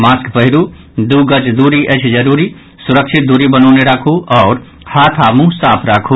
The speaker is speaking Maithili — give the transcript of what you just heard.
मास्क पहिरू दू गज दूरी अछि जरूरी सुरक्षित दूरी बनौने राखू आओर हाथ आ मुंह साफ राखू